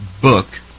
book